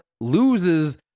loses